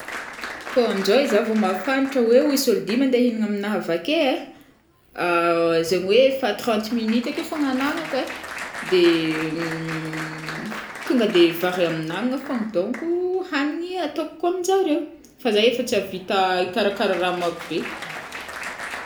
Kô aminjô i za vo mahafantatra oe misy ôlo dimy ande hinagna amina avake ai, zegny oe efa trente minute ake fogna anagnako ai de tonga de vary amin'agnana fogna donc hanigny ataoko aminjareo fa za efa tsy ahavita ikarakara raha marobe.